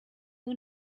who